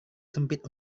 sempit